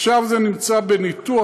עכשיו זה נמצא בניתוח,